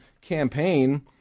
campaign